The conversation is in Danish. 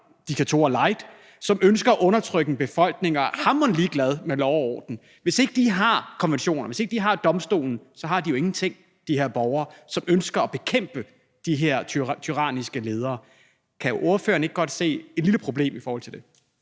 som ønsker at undertrykke befolkningen og er hamrende ligeglade med lov og orden? Hvis ikke de har konventionerne, hvis ikke de har domstolen, så har de her borgere jo ingenting – de borgere, som ønsker at bekæmpe de her tyranniske ledere. Kan ordføreren ikke godt se et lille problem i forhold til det?